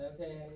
Okay